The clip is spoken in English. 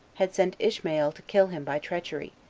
had sent ishmael to kill him by treachery,